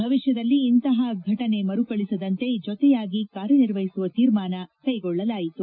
ಭವಿಷ್ಯದಲ್ಲಿ ಇಂತಹ ಘಟನೆ ಮರುಕಳಿಸದಂತೆ ಜೊತೆಯಾಗಿ ಕಾರ್ಯ ನಿರ್ವಹಿಸುವ ತೀರ್ಮಾನ ಕೈಗೊಳ್ಳಲಾಯಿತು